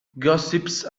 gossips